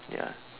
ya